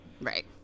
Right